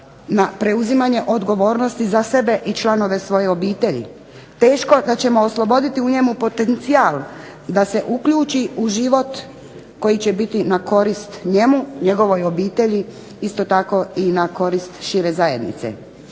na preuzimanje odgovornosti za sebe i članove svoje obitelji, teško da ćemo osloboditi u njemu potencijal da se uključi u život koji će biti na korist njemu, njegovoj obitelji, isto tako i na korist šire zajednice.